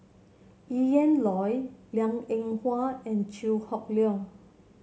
Ian Loy Liang Eng Hwa and Chew Hock Leong